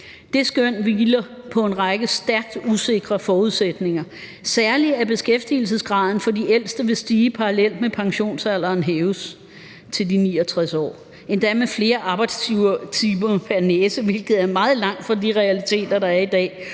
Det skøn hviler på en række stærkt usikre forudsætninger, særlig at beskæftigelsesgraden for de ældste vil stige parallelt med, at pensionsalderen hæves til de 69 år, endda med flere arbejdstimer pr. næse, hvilket er meget langt fra de realiteter, der er i dag,